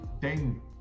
ding